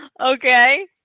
Okay